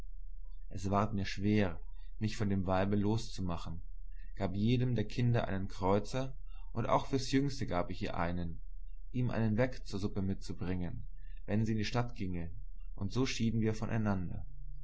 es ward mir schwer mich von dem weibe los zu machen gab jedem der kinder einen kreuzer und auch fürs jüngste gab ich ihr einen ihm einen weck zur suppe mitzubringen wenn sie in die stadt ginge und so schieden wir von